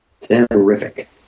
terrific